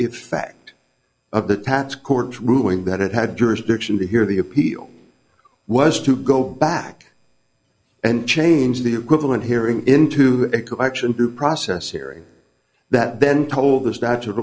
if fact of the pats court ruling that it had jurisdiction to hear the appeal was to go back and change the equivalent hearing into action due process hearing that then told the statute